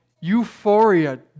euphoria